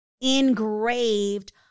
engraved